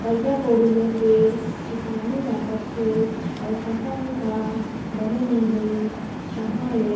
करजा बोड़ी ले के किसानी ल करथे अउ फसल ह बने नइ होइस तहाँ ले